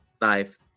life